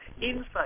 inside